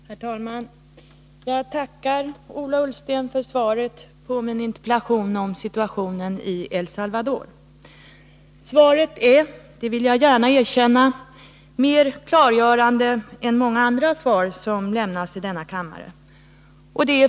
Herr talman! Jag tackar Ola Ullsten för svaret på min interpellation om situationen i El Salvador. Svaret är — det vill jag gärna erkänna — mer klargörande än många andra svar som lämnas i denna kammare.